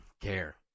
care